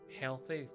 healthy